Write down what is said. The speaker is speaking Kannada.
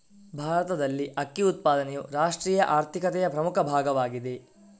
ಭಾರತದಲ್ಲಿ ಅಕ್ಕಿ ಉತ್ಪಾದನೆಯು ರಾಷ್ಟ್ರೀಯ ಆರ್ಥಿಕತೆಯ ಪ್ರಮುಖ ಭಾಗವಾಗಿದೆ